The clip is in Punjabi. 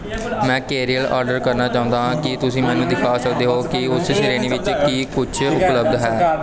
ਮੈਂ ਕੈਰੇਅਲਸ ਆਰਡਰ ਕਰਨਾ ਚਾਹੁੰਦਾ ਹਾਂ ਕੀ ਤੁਸੀਂ ਮੈਨੂੰ ਦਿਖਾ ਸਕਦੇ ਹੋ ਕਿ ਉਸ ਸ਼੍ਰੇਣੀ ਵਿੱਚ ਕੀ ਕੁਛ ਉਪਲਬਧ ਹੈ